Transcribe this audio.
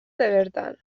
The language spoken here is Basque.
bertan